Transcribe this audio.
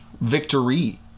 Victory